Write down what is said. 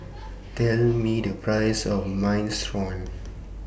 Tell Me The Price of Minestrone